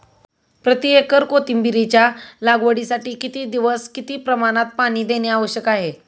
प्रति एकर कोथिंबिरीच्या लागवडीसाठी किती दिवस किती प्रमाणात पाणी देणे आवश्यक आहे?